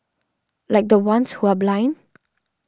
like the ones who are blind